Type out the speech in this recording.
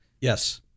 Yes